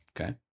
Okay